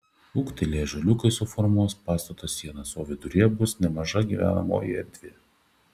ūgtelėję ąžuoliukai suformuos pastato sienas o viduryje bus nemaža gyvenamoji erdvė